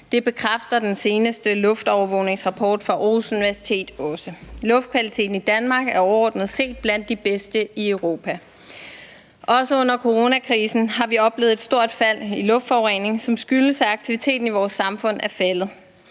Det bekræfter den seneste luftovervågningsrapport fra Aarhus Universitet også. Luftkvaliteten i Danmark er overordnet set blandt de bedste i Europa. Også under coronakrisen har vi oplevet et stort fald i luftforureningen, som skyldes, at aktiviteten i vores samfund er faldet.